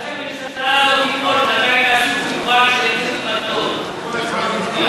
עד שהממשלה הזאת תיפול, היהדות, .